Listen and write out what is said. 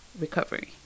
recovery